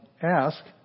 ask